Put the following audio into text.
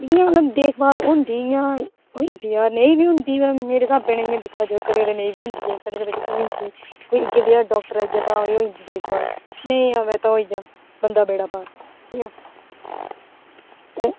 इ'यां मतलब देखभाल होंदी इ'यां होई जंदी ऐ पर नेईं बी होंदी मेरे स्हाबै नै इ'यां दिक्खेआ जाऽ ते कदें कदें नेईं बी होंदी ऐ कदें कदें कुसै होई जंदी कोई उ'ऐ जेहा डाक्टर आई जाऽ तां होई जंदी देखभाल ते नेईं आवै तां होई जाऽ बंदे दा बेड़ा पार ठीक ऐ